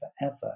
forever